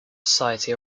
society